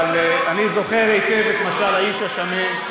אבל אני זוכר היטב את משל האיש השמן,